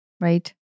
right